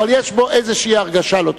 אבל יש בו הרגשה לא טובה.